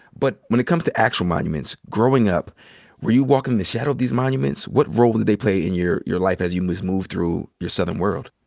but when it comes to actual monuments, growing up were you walking in the shadow of these monuments? what role did they play in your your life as you moved moved through your southern world?